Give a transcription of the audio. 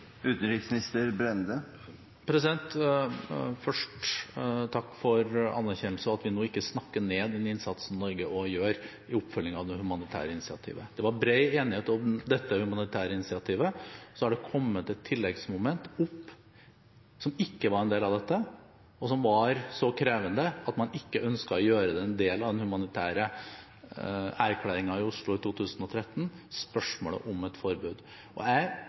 Først, takk for anerkjennelse, og for at man nå ikke snakker ned den innsatsen Norge gjør også i oppfølgingen av det humanitære initiativet. Det var bred enighet om det humanitære initiativet, så har det kommet opp et tilleggsmoment som ikke var en del av dette, og som var så krevende at man ikke ønsket å gjøre det til en del av den humanitære erklæringen i Oslo i 2013 – spørsmålet om et forbud. Jeg